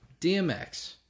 dmx